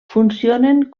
funcionen